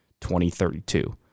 2032